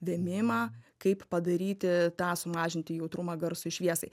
vėmimą kaip padaryti tą sumažinti jautrumą garsui šviesai